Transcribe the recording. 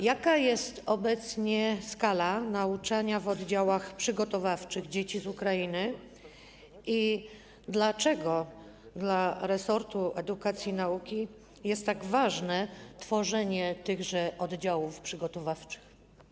Jaka jest obecnie skala nauczania w oddziałach przygotowawczych dzieci z Ukrainy i dlaczego dla resortu edukacji i nauki tak ważne jest tworzenie tychże oddziałów przygotowawczych?